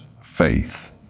faith